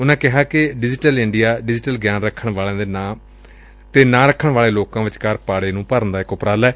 ਉਨਾਂ ਕਿਹਾ ਕਿ ਡਿਜੀਟਲ ਇੰਡੀਆ ਡਿਜੀਟਲ ਗਿਆਨ ਰੱਖਣ ਵਾਲਿਆਂ ਤੇ ਨਾ ਰੱਖਣ ਵਾਲਿਆਂ ਲੋਕਾ ਵਿਚਕਾਰ ਪਾੜੇ ਨੂੰ ਭਰਨ ਦਾ ਉਪਰਾਲਾ ਏ